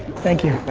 thank you.